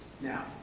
now